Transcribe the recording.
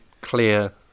clear